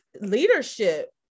leadership